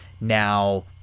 Now